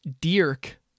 dirk